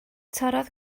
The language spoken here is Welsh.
torrodd